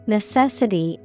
Necessity